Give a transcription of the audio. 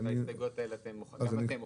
את כל ההסתייגויות האלה גם אתם מוחקים.